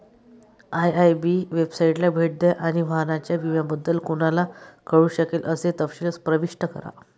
IIB वेबसाइटला B द्या आणि वाहनाच्या विम्याबद्दल कोणाला कळू शकेल असे तपशील प्रविष्ट करा